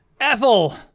Ethel